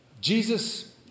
Jesus